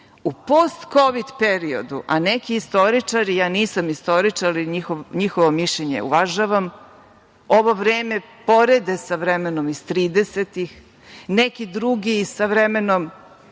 U post kovid periodu, a neki istoričari, nisam istoričar, njihovo mišljenje uvažavam, ovo vreme porede sa vremenom iz tridesetih, neki drugi sa vremenom